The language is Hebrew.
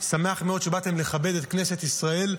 שמח מאוד שבאתם לכבד את כנסת ישראל,